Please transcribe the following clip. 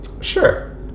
Sure